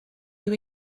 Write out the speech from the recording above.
were